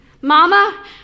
Mama